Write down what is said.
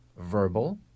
verbal